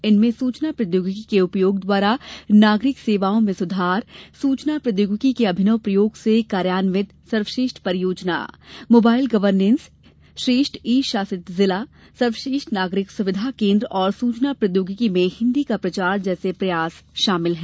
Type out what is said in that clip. इनमें सूचना प्रौद्योगिकी के उपयोग द्वारा नागरिक सेवाओं में सुधार सूचना प्रौद्योगिकी के अभिनव प्रयोग से कार्यान्वित सर्वश्रेष्ठ परियोजना मोबाइल गवर्नेन्स श्रेष्ठ ई शासित जिला सर्वश्रेष्ठ नागरिक सुविधा केन्द्र और सूचना प्रौद्योगिकी में हिन्दी का प्रचार जैसे प्रयास शामिल हैं